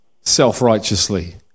self-righteously